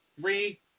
Three